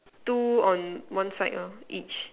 two on one side uh each